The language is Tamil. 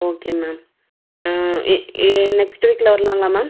ஓகே மேம் நெக்ஸ்ட் வீக்கில் வரலாங்களா மேம்